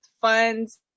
funds